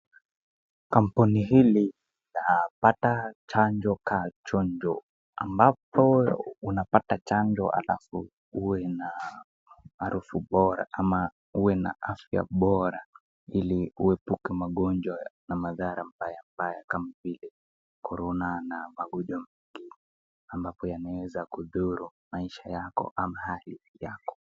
Kampuni hili unapata chanjo kaa chonjo ambapo unapata chanjo alafu uwe na harufu bora ama uwe na afya bora ili uepuke magonjwa na mathara mbaya mbaya kama vile; corona na magonjwa mengine ambapo yanaweza kudhuru maisha yako ama hali yako.